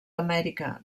amèrica